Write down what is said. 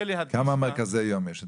כמה מרכזי יום יש אצלכם?